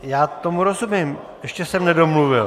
Já tomu rozumím, ještě jsem nedomluvil.